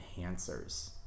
enhancers